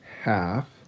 half